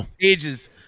Ages